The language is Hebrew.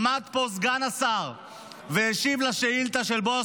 עמד פה סגן השר והשיב על שאילתה של בועז